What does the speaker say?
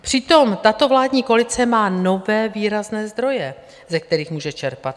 Přitom tato vládní koalice má nové výrazné zdroje, ze kterých může čerpat.